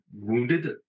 wounded